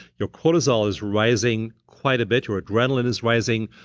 your cortisol is rising quite a bit. your adrenaline is rising.